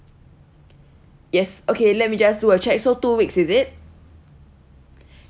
yes okay let me just do a check so two weeks is it